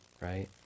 right